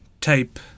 type